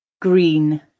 Green